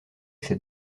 cette